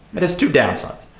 it has two downsides.